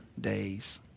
days